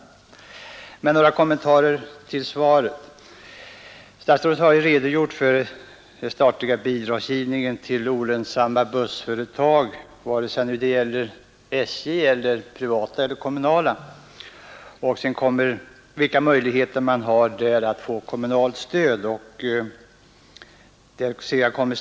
Men härefter några kommentarer till det svar jag fått. Statsrådet redogör först för den statliga bidragsgivningen till olönsamma bussföretag, vare sig det gäller SJ eller privata eller kommunala trafikföretag, och går därefter över till de möjligheter som föreligger till kommunalt stöd i detta sammanhang.